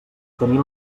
tenir